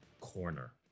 corner